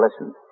listen